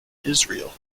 israel